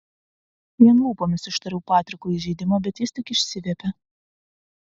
vien lūpomis ištariau patrikui įžeidimą bet jis tik išsiviepė